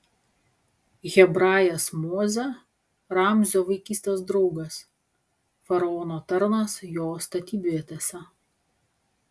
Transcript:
hebrajas mozė ramzio vaikystės draugas faraono tarnas jo statybvietėse